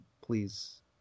please